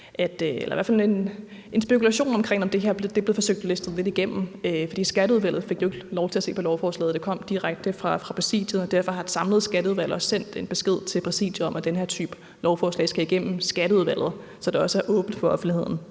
eller i hvert fald en spekulation omkring, om det her er blevet forsøgt listet lidt igennem, for Skatteudvalget fik jo ikke lov til at se på lovforslaget; det kom direkte fra Præsidiet. Derfor har et samlet skatteudvalg også sendt en besked til Præsidiet om, at den her type lovforslag skal igennem Skatteudvalget, så det også er åbent for offentligheden.